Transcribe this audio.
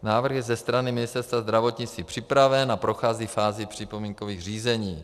Návrh je ze strany Ministerstva zdravotnictví připraven a prochází fází připomínkových řízení.